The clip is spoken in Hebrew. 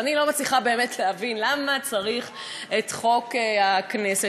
ואני לא מצליחה באמת להבין למה צריך את חוק ערוץ הכנסת.